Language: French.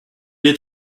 est